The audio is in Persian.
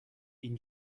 این